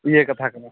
ᱤᱭᱟᱹ ᱠᱟᱛᱷᱟ ᱠᱟᱱᱟ